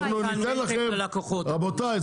רבותיי,